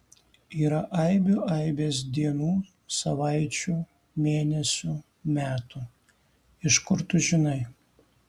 yra aibių aibės dienų savaičių mėnesių metų iš kur tu žinai